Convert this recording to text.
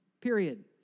period